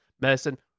medicine